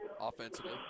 offensively